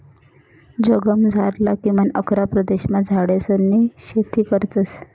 जगमझारला किमान अकरा प्रदेशमा झाडेसनी शेती करतस